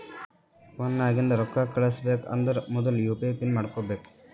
phone ನಾಗಿಂದೆ ರೊಕ್ಕಾ ಕಳುಸ್ಬೇಕ್ ಅಂದರ್ ಮೊದುಲ ಯು ಪಿ ಐ ಪಿನ್ ಮಾಡ್ಕೋಬೇಕ್